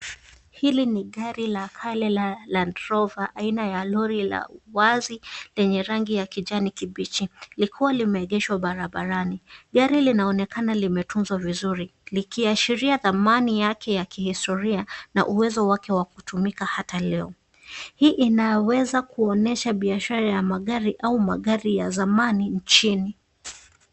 Hili ni gari la kale Landrover aina ya lori la uwazi lenye rangi ya kijani kibichi likiwa limeegeshwa barabarani, Gari linaonekana limetunzwa vizuri likiashiria thamani yake ya kihistoria na uwezo wake wa kutumika hata leo, hii inaweza kuonyesha biashara ya magari au magari ya zamani nchini.